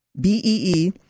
B-E-E